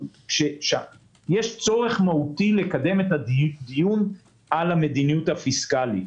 יש צורך מהותי לקדם את הדיון על המדיניות הפיסקלית.